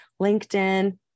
LinkedIn